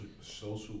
social